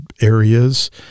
areas